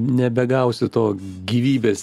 nebegausiu to gyvybės